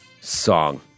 song